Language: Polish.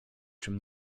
czym